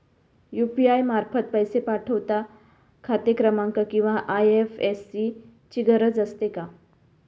UPI मार्फत पैसे पाठवता खाते क्रमांक किंवा आय.एफ.एस.सी ची गरज असते का?